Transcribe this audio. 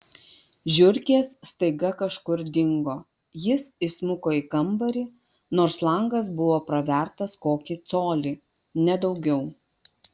žiurkės staiga kažkur dingo jis įsmuko į kambarį nors langas buvo pravertas kokį colį ne daugiau